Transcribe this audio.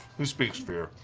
he speaks fear.